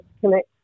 connect